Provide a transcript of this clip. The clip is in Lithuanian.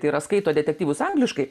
tai yra skaito detektyvus angliškai